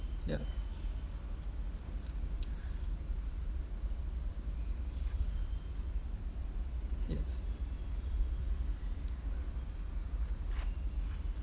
ya yes